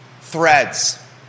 threads